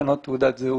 ולשנות תעודת זהות?